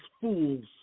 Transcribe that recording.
fools